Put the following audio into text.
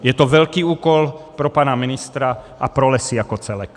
Je to velký úkol pro pana ministra a pro lesy jako celek.